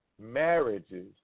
marriages